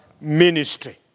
Ministry